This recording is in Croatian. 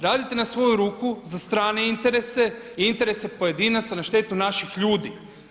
Radite na svoju ruku za strane interese i interese pojedinaca na štetu naših ljudi.